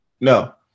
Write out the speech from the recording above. no